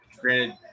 Granted